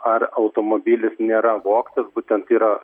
ar automobilis nėra vogtas būtent yra